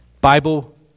bible